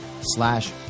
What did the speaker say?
slash